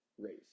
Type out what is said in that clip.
race